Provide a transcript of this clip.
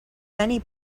many